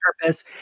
purpose